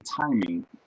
timing